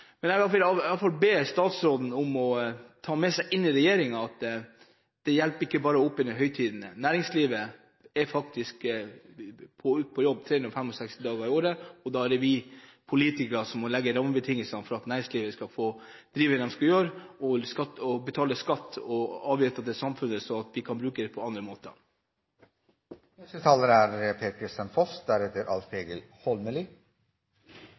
Jeg vil i alle fall be statsråden ta med seg inn i regjeringen at det hjelper ikke bare å ha åpent i høytidene – næringslivet er faktisk på jobb 365 dager i året. Da er det vi politikere som må legge rammebetingelsene, slik at næringslivet får drive med det de skal, og betaler skatter og avgifter til samfunnet som vi kan bruke på andre måter. Forslag nr. 6 er